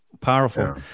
powerful